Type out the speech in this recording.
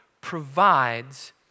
provides